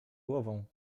głową